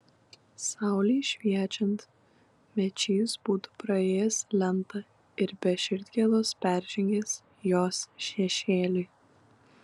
saulei šviečiant mečys būtų praėjęs lentą ir be širdgėlos peržengęs jos šešėlį